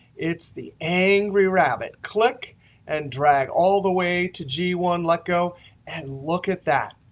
it's the angry rabbit. click and drag all the way to g one. let go and look at that.